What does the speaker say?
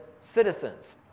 citizens